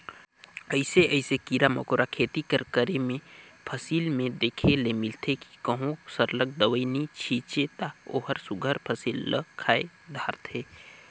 अइसे अइसे कीरा मकोरा खेती कर करे में फसिल में देखे ले मिलथे कि कहों सरलग दवई नी छींचे ता ओहर सुग्घर फसिल ल खाए धारथे